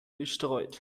bestreut